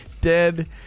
Dead